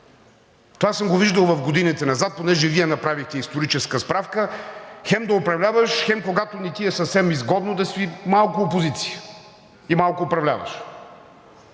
Това съм го виждал в годините назад, понеже Вие направихте историческа справка – хем да управляваш, хем когато не ти е съвсем изгодно, да си малко опозиция и малко управляващ.